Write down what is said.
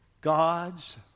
God's